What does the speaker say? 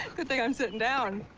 good thi i'm sitting down!